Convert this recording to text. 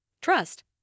Trust